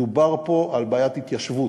מדובר פה על בעיית התיישבות,